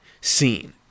seen